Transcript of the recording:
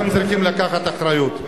אתם צריכים לקחת אחריות,